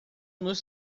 nos